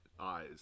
eyes